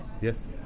Yes